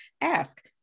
ask